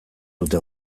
dute